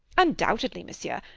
undoubtedly, monsieur,